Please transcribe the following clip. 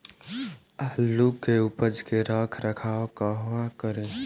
आलू के उपज के रख रखाव कहवा करी?